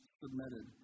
submitted